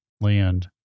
land